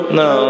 no